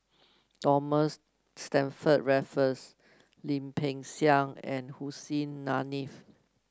Thomas Stamford Raffles Lim Peng Siang and Hussein Haniff